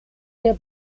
der